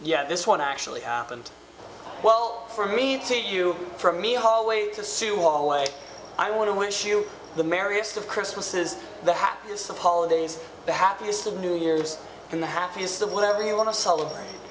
yet this one actually happened well for me to you for a meal hallway to sue all the way i want to wish you the merriest of christmases the happiest of holidays the happiest of new years in the happiest of whatever you want to celebrate